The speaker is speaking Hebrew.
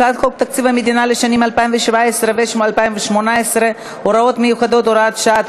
הצעת חוק תקציב המדינה לשנים 2017 ו-2018 (הוראות מיוחדות) (הוראת שעה),